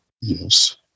Yes